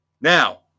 Now